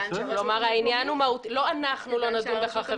לא אנחנו לא נדון בכך,